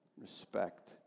respect